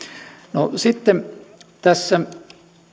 no sitten tässä